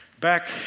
Back